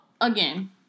again